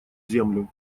землю